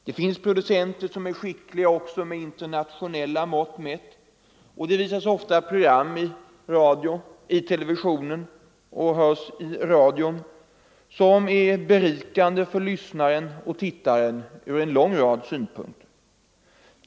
Det finns de som är skickliga också med internationella mått mätt, och det sänds ofta program som är berikande för tittaren eller lyssnaren ur många synpunkter.